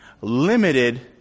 limited